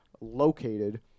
Located